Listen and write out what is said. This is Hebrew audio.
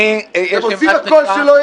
אתם עושים הכול שלא יהיו